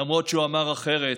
למרות שאמר אחרת.